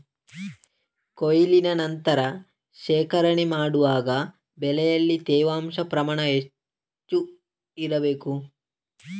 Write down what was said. ಕೊಯ್ಲಿನ ನಂತರ ಶೇಖರಣೆ ಮಾಡುವಾಗ ಬೆಳೆಯಲ್ಲಿ ತೇವಾಂಶದ ಪ್ರಮಾಣ ಎಷ್ಟು ಇರಬೇಕು?